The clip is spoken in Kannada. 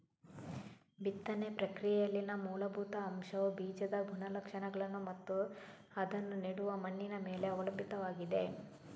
ಬಿತ್ತನೆ ಪ್ರಕ್ರಿಯೆಯಲ್ಲಿನ ಮೂಲಭೂತ ಅಂಶವುಬೀಜದ ಗುಣಲಕ್ಷಣಗಳನ್ನು ಮತ್ತು ಅದನ್ನು ನೆಡುವ ಮಣ್ಣಿನ ಮೇಲೆ ಅವಲಂಬಿತವಾಗಿದೆ